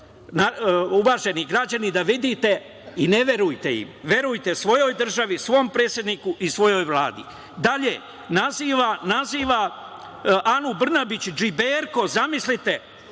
uvaženi građani da vidite i ne verujte im. Verujte svojoj državi, svom predsedniku i svojoj Vladi. Dalje, naziva Anu Brnabić džiberko, zamislite,